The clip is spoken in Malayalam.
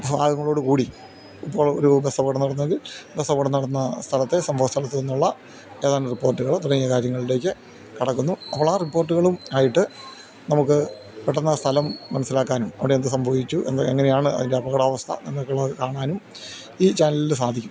ഭാഗങ്ങളോട് കൂടി ഇപ്പോൾ ഒരു ബസ്സ് അപകടം നടന്നെങ്കിൽ ബസ്സ് അപകടം നടന്ന സ്ഥലത്തെ സംഭവ സ്ഥലത്ത് നിന്നുള്ള ഏതാനും റിപ്പോർട്ടുകൾ തുടങ്ങിയ കാര്യങ്ങളിലേക്ക് കടക്കുന്നു അപ്പോൾ ആ റിപ്പോർട്ടുകളും ആയിട്ട് നമുക്ക് പെട്ടെന്ന് ആ സ്ഥലം മനസ്സിലാക്കാനും അവിടെ എന്ത് സംഭവിച്ചു എന്ന് എങ്ങനെയാണ് അതിൻ്റെ അപകടാവസ്ഥ എന്നൊക്കെയുള്ള കാണാനും ഈ ചാനലിൽ സാധിക്കും